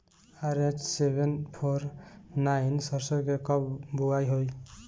RH seven four nine सरसो के कब बुआई होई?